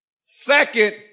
second